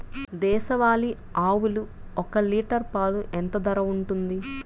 దేశవాలి ఆవులు ఒక్క లీటర్ పాలు ఎంత ధర ఉంటుంది?